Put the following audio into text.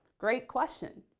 great question.